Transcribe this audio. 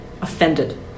offended